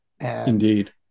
Indeed